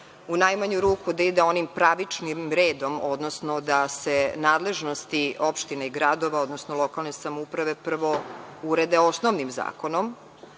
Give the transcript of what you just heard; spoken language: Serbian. u najmanju ruku da ide onim pravičnim redom, odnosno da se nadležnosti opština i gradova, odnosno lokalne samouprave upravo urede osnovnim zakonom,